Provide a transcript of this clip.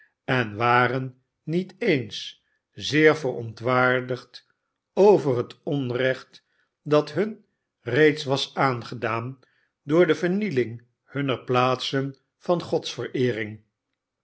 en waren niet eens zeer verontwaardigd over het onrecht dat hun reeds was aangedaan door de vernielmg hunner plaatsen van